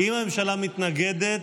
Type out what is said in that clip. אם הממשלה מתנגדת,